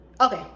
Okay